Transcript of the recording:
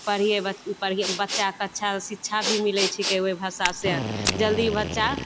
पढ़ियै पढ़ियै बच्चा कऽ अच्छा शिक्षा भी मिलै छिकै ओहि भाषा से जल्दी बच्चा